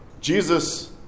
Jesus